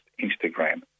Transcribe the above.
Instagram